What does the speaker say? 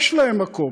יש להם מקום.